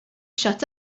shut